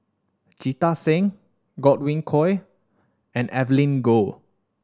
Jita Singh Godwin Koay and Evelyn Goh